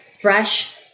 fresh